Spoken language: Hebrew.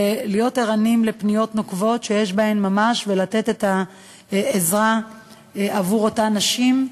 ולהיות ערניים לפניות נוקבות שיש בהן ממש ולתת את העזרה עבור אותן נשים.